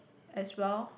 as well